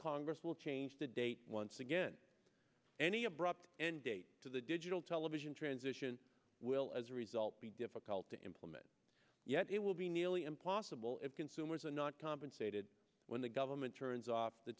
congress will change the date once again any abrupt end date to the digital television transition will as a result be difficult to implement yet it will be nearly impossible if consumers are not compensated when the government turns off the